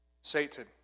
Satan